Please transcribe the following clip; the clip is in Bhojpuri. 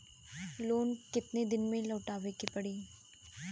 लोन केतना दिन में लौटावे के पड़ी?